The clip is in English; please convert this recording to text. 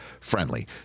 friendly